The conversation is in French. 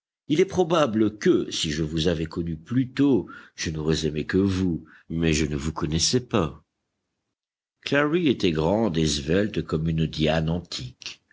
il est probable que si je vous avais connue plus tôt je n'aurais aimé que vous mais je ne vous connaissais pas clary était grande et svelte comme une diane antique